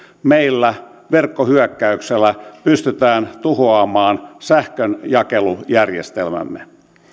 meillä verkkohyökkäyksellä pystytään tuhoamaan sähkönjakelujärjestelmämme